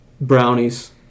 brownies